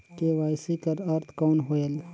KYC कर अर्थ कौन होएल?